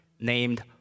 named